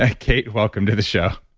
ah cate, welcome to the show